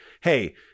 hey